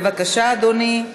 בבקשה, אדוני.